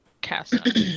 Cast